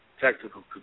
technical